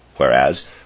whereas